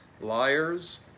liars